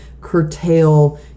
curtail